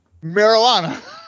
Marijuana